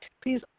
please